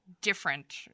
different